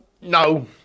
No